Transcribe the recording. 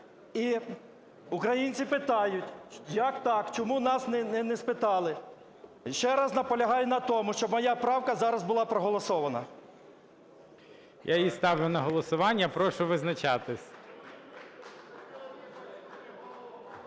і українці питають: "Як так, чому нас не спитали?". Ще раз наполягаю на тому, щоб моя правка зараз була проголосована. ГОЛОВУЮЧИЙ. Я її ставлю на голосування. Прошу визначатись.